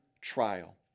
trial